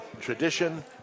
tradition